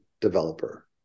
developer